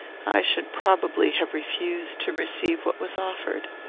i should probably have refused to receive what was offered.